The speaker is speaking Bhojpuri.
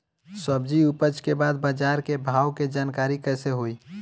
सब्जी उपज के बाद बाजार के भाव के जानकारी कैसे होई?